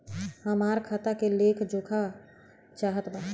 हमरा खाता के लेख जोखा चाहत बा?